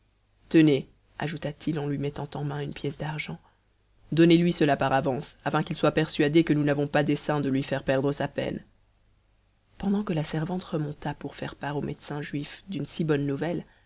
tenez ajouta-t-il en lui mettant en main une pièce d'argent donnez-lui cela par avance afin qu'il soit persuadé que nous n'avons pas dessein de lui faire perdre sa peine pendant que la servante remonta pour faire part au médecin juif d'une si bonne nouvelle